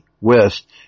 West